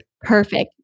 Perfect